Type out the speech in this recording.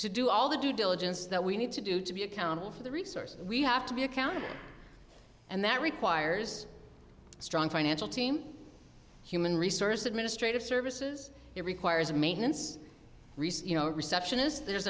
to do all the due diligence that we need to do to be accountable for the resources we have to be accountable and that requires a strong financial team human resource administrative services it requires a maintenance research you know receptionist there's